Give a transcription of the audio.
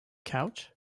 couch